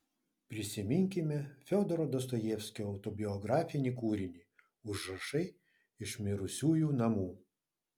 prisiminkime fiodoro dostojevskio autobiografinį kūrinį užrašai iš mirusiųjų namų